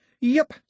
Yep